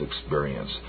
experience